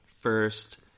first